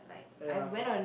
ya